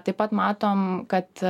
taip pat matom kad